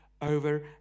over